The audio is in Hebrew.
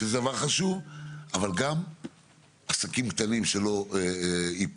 שזה דבר חשוב אבל גם עסקים קטנים שלא יפלו,